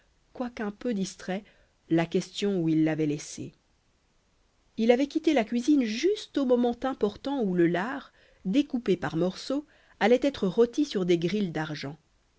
un peu distrait la question où il l'avait laissée il avait quitté la cuisine juste au moment important où le lard découpé par morceaux allait être rôti sur des grils d'argent